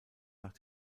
nach